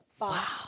Wow